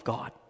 God